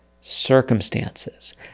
circumstances